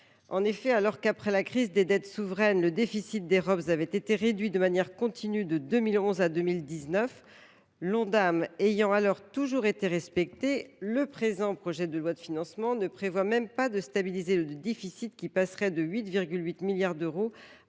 En effet, alors qu’après la crise des dettes souveraines le déficit des Robss avait été réduit de manière continue de 2011 à 2019, l’Ondam ayant alors toujours été respecté, le présent projet de loi de financement de la sécurité sociale ne prévoit même pas de stabiliser le déficit, qui passerait de 8,8 milliards d’euros